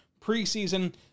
preseason